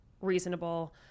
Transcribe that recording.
reasonable